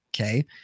okay